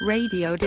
Radio